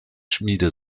schmiede